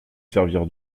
servir